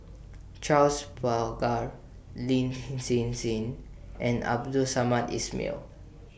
Charles Paglar Lin Hsin Hsin and Abdul Samad Ismail